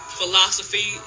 philosophy